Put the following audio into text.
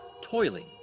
toiling